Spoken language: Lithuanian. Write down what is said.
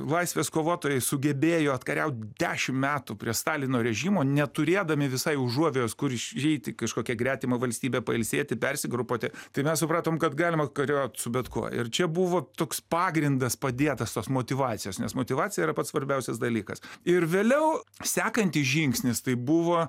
laisvės kovotojai sugebėjo atkariaut dešim metų prie stalino režimo neturėdami visai užuovėjos kur išeit į kažkokią gretimą valstybę pailsėti persigrupuoti tai mes supratom kad galima kariaut su bet kuo ir čia buvo toks pagrindas padėtas tos motyvacijos nes motyvacija yra pats svarbiausias dalykas ir vėliau sekantis žingsnis tai buvo